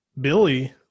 Billy